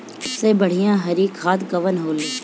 सबसे बढ़िया हरी खाद कवन होले?